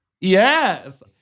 Yes